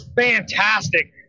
fantastic